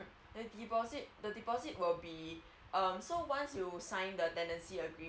deposit the deposit will be um so once you sign the tenancy agreement